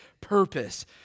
purpose